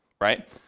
right